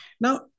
Now